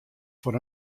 foar